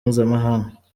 mpuzamahanga